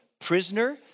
prisoner